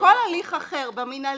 בכל הליך אחר במינהלי,